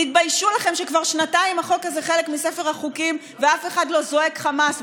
תתביישו לכם שכבר שנתיים החוק הזה חלק מספר החוקים ואף אחד לא זועק חמס,